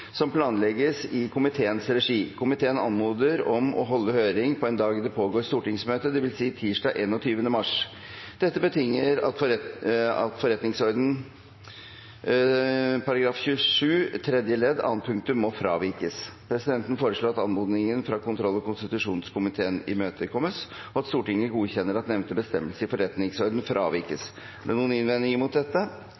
som planlegges i komiteens regi. Komiteen anmoder om å holde høring på en dag det pågår stortingsmøte, dvs. tirsdag 21. mars. Dette betinger at forretningsordenens § 27 tredje ledd annet punktum må fravikes. Presidenten foreslår at anmodningen fra kontroll- og konstitusjonskomiteen imøtekommes, og at Stortinget godkjenner at nevnte bestemmelse i forretningsordenen fravikes.